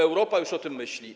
Europa już o tym myśli.